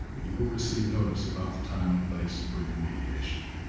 you will receive notice about the time and place for your mediation.